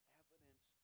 evidence